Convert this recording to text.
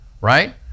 right